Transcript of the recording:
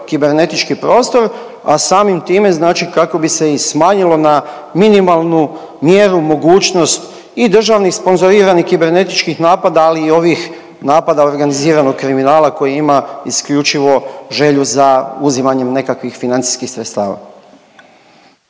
kibernetički prostor, a samim time znači kako bi se i smanjilo na minimalnu mjeru mogućnost i državnih sponzoriranih kibernetičkih napada, ali i ovih napada organiziranog kriminala koji ima isključivo želju za uzimanjem nekakvih financijskih sredstava.